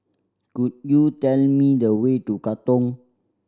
could you tell me the way to Katong